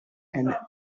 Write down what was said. and